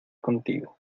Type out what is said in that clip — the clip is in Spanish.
contigo